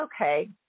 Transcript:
okay